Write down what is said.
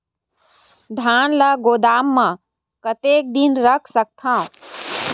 धान ल गोदाम म कतेक दिन रख सकथव?